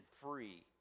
free